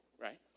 right